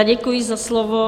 Děkuji za slovo.